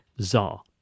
czar